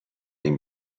این